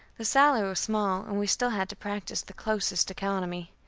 the salary was small, and we still had to practise the closest economy.